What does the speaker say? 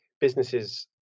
businesses